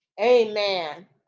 Amen